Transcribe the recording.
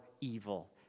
evil